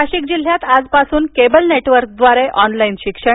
नाशिक जिल्ह्यात आजपासून केबल नेटवर्कद्वारे ऑनलाईन शिक्षण